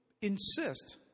insist